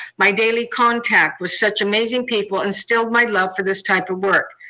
my daily contact with such amazing people instilled my love for this type of work.